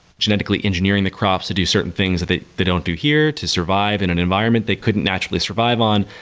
genetically engineering the crops to do certain things they they don't do here to survive in an environment they couldn't naturally survive on,